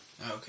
okay